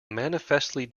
manifestly